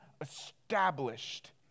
established